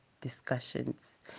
discussions